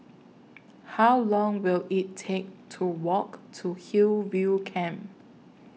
How Long Will IT Take to Walk to Hillview Camp